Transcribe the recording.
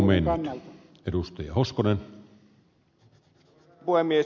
arvoisa herra puhemies